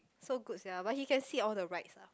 so good sia but he can sit all the rides ah